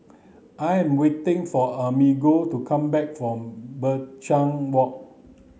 I am waiting for Amerigo to come back from Binchang Walk